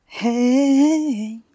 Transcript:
hey